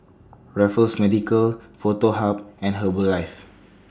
Raffles Medical Foto Hub and Herbalife